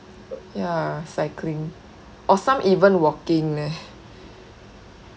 ya cycling or some even walking leh